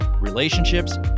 relationships